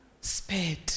spared